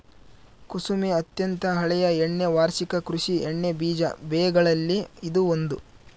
ಕುಸುಮೆ ಅತ್ಯಂತ ಹಳೆಯ ಎಣ್ಣೆ ವಾರ್ಷಿಕ ಕೃಷಿ ಎಣ್ಣೆಬೀಜ ಬೆಗಳಲ್ಲಿ ಇದು ಒಂದು